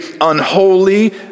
unholy